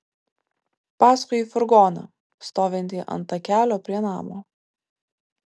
paskui į furgoną stovintį ant takelio prie namo